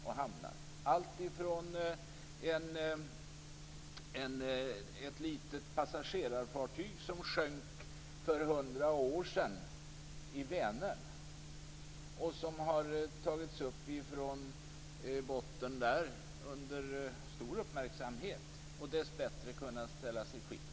Det är allt ifrån ett litet passagerarfartyg som sjönk i Vänern för hundra år sedan, och som har tagits upp från botten där under stor uppmärksamhet. Det har dessbättre kunnat ställas i skick.